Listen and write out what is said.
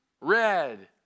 red